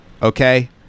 Okay